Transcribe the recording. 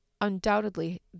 undoubtedly